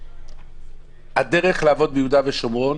הדרך לעבוד ביהודה ושומרון,